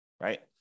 right